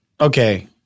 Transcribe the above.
Okay